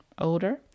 older